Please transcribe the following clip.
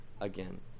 again